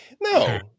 No